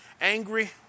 Angry